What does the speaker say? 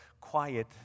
quiet